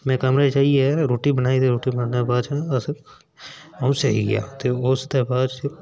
में कमरे च आइयै रुट्टी बनाई ते रुट्टी बनाने दे बाद'अ 'ऊं सेई गेआ उसदे बाद